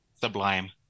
Sublime